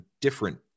different